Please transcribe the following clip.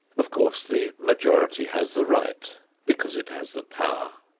of course, the majority has the right because it has the power.